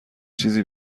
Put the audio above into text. چیزی